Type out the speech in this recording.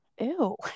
Ew